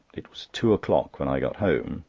it was two o'clock when i got home.